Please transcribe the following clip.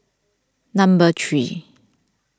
number three